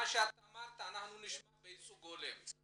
מה שאמרת אנחנו נשמע בייצוג הולם.